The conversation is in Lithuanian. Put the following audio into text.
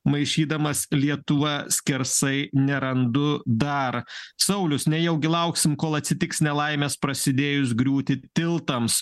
maišydamas lietuvą skersai nerandu dar saulius nejaugi lauksim kol atsitiks nelaimės prasidėjus griūti tiltams